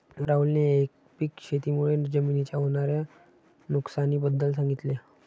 राहुलने एकपीक शेती मुळे जमिनीच्या होणार्या नुकसानी बद्दल सांगितले